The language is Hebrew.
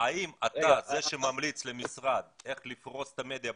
האם אתה זה שממליץ למשרד איך לפרוס את המדיה,